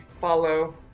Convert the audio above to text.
follow